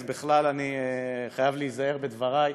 אז אני חייב להיזהר בדברי.